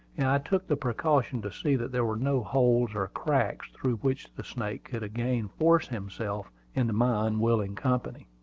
i took the precaution to see that there were no holes or cracks through which the snake could again force himself into my unwilling company.